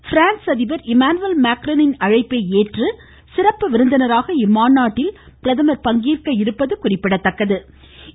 France அதிபர் Emmanuel மேக்ரானின் அழைப்பை ஏற்று சிறப்பு விருந்தினராக இம்மாநாட்டில் பிரதமர் பங்கேற்கிறார்